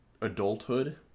adulthood